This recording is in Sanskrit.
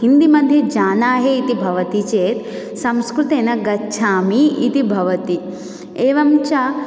हिन्दीमध्ये जाना है इति भवति चेत् संस्कृतेन गच्छामि इति भवति एवञ्च